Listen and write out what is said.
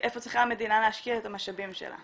איפה צריכה המדינה להשקיע את המשאבים שלה